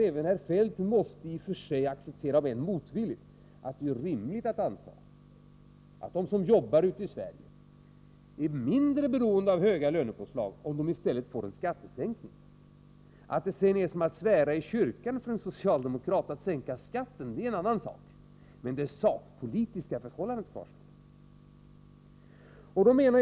Även herr Feldt måste nog, fastän motvilligt, acceptera att det är rimligt att anta att de som arbetar i Sverige är mindre beroende av höga lönepåslag, om de i stället får en skattesänkning. Att det sedan är som att svära i kyrkan för en socialdemokrat att sänka skatten är en annan sak. Det sakpolitiska förhållandet kvarstår.